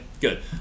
Good